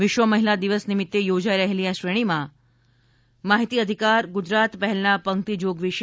વિશ્વ મહિલા દિવસ નિમિત્તે યોજાઇ રહેલી આ શ્રેણીમાં આપણે વાત કરીશું માહિતી અધિકાર ગુજરાત પહેલના પંક્તિ જોગ વિશે